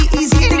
easy